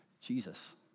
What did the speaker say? Jesus